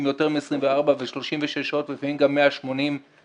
יותר מ-24 ו-36 שעות ולפעמים גם 180 שעות,